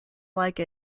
like